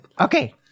Okay